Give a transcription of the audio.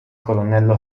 colonnello